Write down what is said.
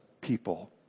people